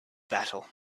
battle